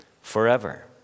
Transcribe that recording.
forever